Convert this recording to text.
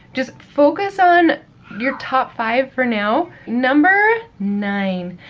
just focus on your top five for now. number nine,